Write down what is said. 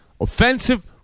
offensive